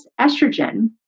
estrogen